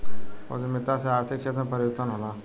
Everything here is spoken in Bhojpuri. उद्यमिता से आर्थिक क्षेत्र में परिवर्तन होला